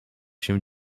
się